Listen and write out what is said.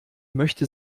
möchte